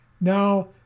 Now